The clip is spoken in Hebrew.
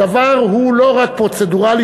הדבר הוא לא רק פרוצדורלי,